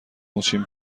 موچین